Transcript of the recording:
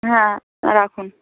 হ্যাঁ রাখুন